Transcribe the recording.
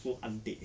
for unpaid